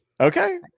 okay